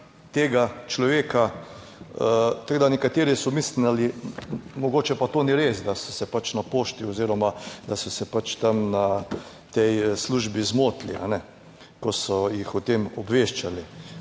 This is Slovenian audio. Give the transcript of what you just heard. (Nadaljevanje) Tako, da nekateri so mislili, mogoče pa to ni res, da so se pač na pošti oziroma da so se pač tam na tej službi zmotili, ko so jih o tem obveščali,